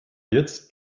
jetzt